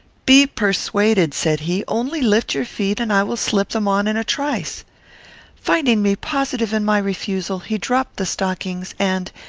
be persuaded said he only lift your feet, and i will slip them on in a trice finding me positive in my refusal, he dropped the stockings and,